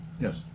Yes